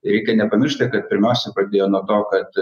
reikia nepamiršt tai kad pirmiausia pradėjo nuo to kad